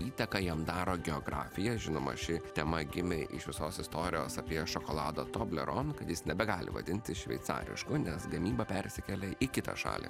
įtaką jam daro geografija žinoma ši tema gimė iš visos istorijos apie šokolado tobleron kad jis nebegali vadintis šveicarišku nes gamyba persikėlė į kitą šalį